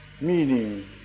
meaning